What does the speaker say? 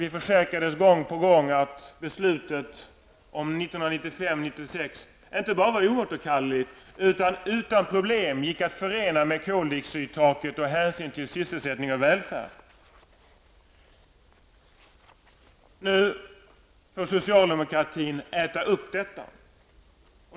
Vi försäkrades gång på gång att beslutet om 1995/96 inte bara var oåterkalleligt, utan också utan problem gick att förena med koldioxidtaket och hänsyn till sysselsättning och välfärd. Nu får socialdemokratin äta upp detta.